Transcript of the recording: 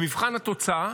במבחן התוצאה,